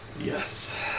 Yes